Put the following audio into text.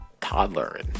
toddler